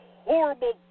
horrible